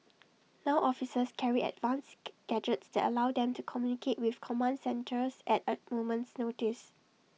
now officers carry advanced gadgets that allow them to communicate with command centres at A moment's notice